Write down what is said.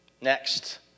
Next